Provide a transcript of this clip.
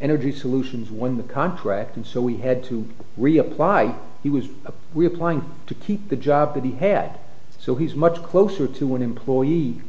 energy solutions when the contract and so we had to reapply he was replying to keep the job to the head so he's much closer to an employee